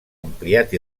ampliat